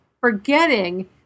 forgetting